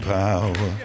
power